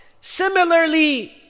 Similarly